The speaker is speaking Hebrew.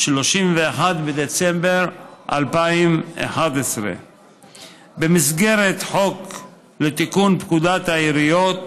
31 בדצמבר 2011. במסגרת חוק לתיקון פקודת העיריות,